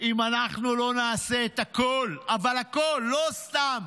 אם אנחנו לא נעשה את הכול, אבל הכול, לא סתם